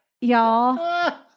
y'all